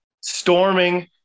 Storming